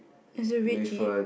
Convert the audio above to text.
does it rigid